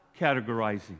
categorizing